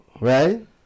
right